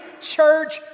church